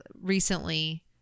recently